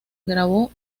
grabó